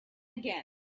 again